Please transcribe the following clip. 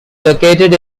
located